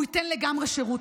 והוא ייתן לגמרי שירות.